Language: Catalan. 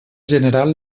general